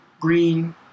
green